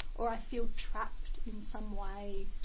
or i feel trapped in some way.